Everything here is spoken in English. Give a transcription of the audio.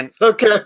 Okay